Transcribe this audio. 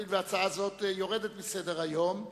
והואיל והצעה זו יורדת מסדר-היום,